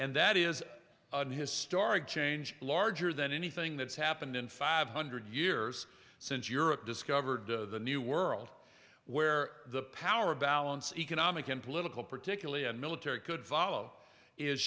and that is the historic change larger than anything that's happened in five hundred years since europe discovered the new world where the power balance economic and political particularly in military could follow is